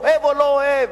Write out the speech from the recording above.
אוהב או לא אוהב.